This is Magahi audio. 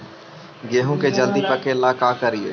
गेहूं के जल्दी पके ल का करियै?